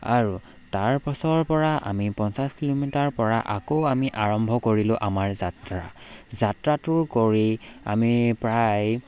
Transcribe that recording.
আৰু তাৰপাছৰ পৰা আমি পঞ্চাছ কিলোমিটাৰ পৰা আকৌ আমি আৰম্ভ কৰিলো আমাৰ যাত্ৰা যাত্ৰাটো কৰি আমি প্ৰায়